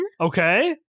Okay